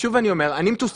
אני מוכנה להצליח.